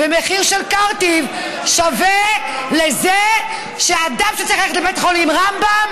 ומחיר של קרטיב שווה לזה שאדם שצריך ללכת לבית חולים רמב"ם